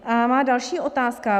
A má další otázka.